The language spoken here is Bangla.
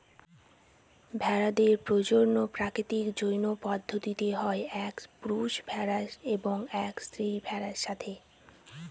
ভেড়াদের প্রজনন প্রাকৃতিক যৌন পদ্ধতিতে হয় এক পুরুষ ভেড়া এবং এক স্ত্রী ভেড়ার সাথে